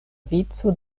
vico